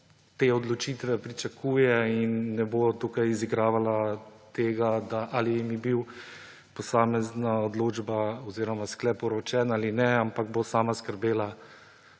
te odločitve pričakuje in ne bo tukaj izigravala tega, ali ji je bila posamezna odločba oziroma sklep vročen ali ne, ampak bo sama skrbela,